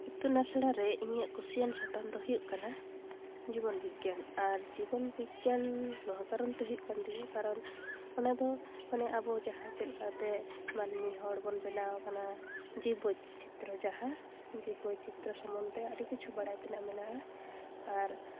ᱤᱛᱩᱱ ᱟᱥᱲᱟᱨᱮ ᱤᱧᱟᱹᱜ ᱠᱩᱥᱤᱭᱟᱱ ᱥᱟᱛᱟᱢ ᱫᱚ ᱦᱩᱭᱩᱜ ᱠᱟᱱᱟ ᱡᱤᱵᱚᱱ ᱵᱤᱜᱽᱜᱟᱱ ᱟᱨ ᱡᱤᱵᱚᱱ ᱵᱤᱜᱽᱜᱟᱱ ᱱᱚᱣᱟ ᱠᱟᱨᱚᱱ ᱛᱮ ᱦᱩᱭᱩᱜ ᱠᱟᱱᱟ ᱛᱤᱧᱟᱹ ᱠᱟᱨᱚᱱ ᱚᱱᱟ ᱫᱚ ᱢᱟᱱᱮ ᱟᱵᱚ ᱡᱟᱦᱟᱸ ᱪᱮᱫ ᱞᱮᱠᱟ ᱠᱟᱛᱮ ᱢᱟᱱᱮ ᱢᱤᱫ ᱦᱚᱲ ᱵᱚᱱ ᱵᱮᱱᱟᱣ ᱠᱟᱱᱟ ᱡᱤᱵ ᱵᱳᱭᱪᱤᱛᱨᱚ ᱡᱟᱦᱟ ᱡᱤᱵ ᱵᱳᱭᱪᱤᱛᱨᱚ ᱥᱚᱢᱢᱚᱱᱫᱷᱮ ᱟᱹᱰᱤ ᱠᱤᱪᱷᱩ ᱵᱟᱲᱟᱭ ᱛᱮᱱᱟᱜ ᱢᱮᱱᱟᱜᱼᱟ ᱟᱨ